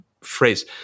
phrase